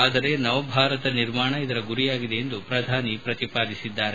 ಆದರೆ ನವಭಾರತ ನಿರ್ಮಾಣ ಇದರ ಗುರಿಯಾಗಿದೆ ಎಂದು ಪ್ರಧಾನಿ ಪ್ರತಿಪಾದಿಸಿದ್ದಾರೆ